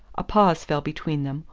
a pause fell between them,